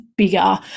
bigger